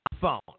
phone